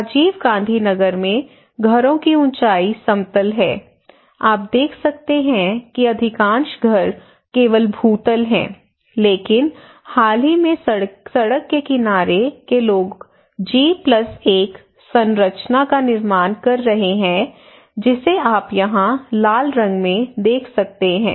राजीव गांधी नगर में घरों की ऊँचाई समतल है आप देख सकते हैं कि अधिकांश घर केवल भूतल हैं लेकिन हाल ही में सड़क के किनारे के लोग जी 1 संरचना का निर्माण कर रहे हैं जिसे आप यहाँ लाल रंग में देख सकते हैं